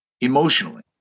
emotionally